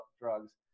drugs